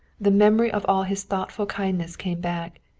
the memory of all his thoughtful kindness came back,